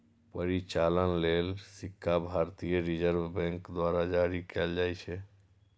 परिचालन लेल सिक्का भारतीय रिजर्व बैंक द्वारा जारी कैल जाइ छै